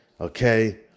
okay